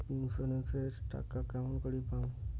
Insurance এর টাকা কেমন করি পাম?